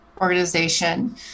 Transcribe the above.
organization